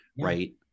right